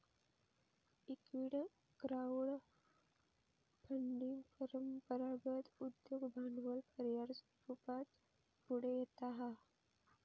equity crowd funding परंपरागत उद्योग भांडवल पर्याय स्वरूपात पुढे येता हा